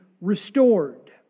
restored